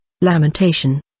lamentation